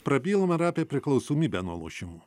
prabylam ir apie priklausomybę nuo lošimų